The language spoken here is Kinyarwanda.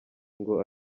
ngo